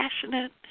passionate